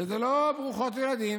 היא שברוכות ילדים